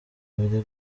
ibiri